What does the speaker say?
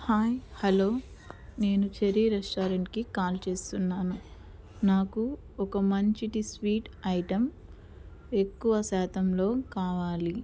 hi hello నేను cherry రెస్టారెంట్కి call చేస్తున్నాను నాకు ఒక మంచిటి స్వీట్ ఐటెమ్ ఎక్కువ శాతంలో కావాలి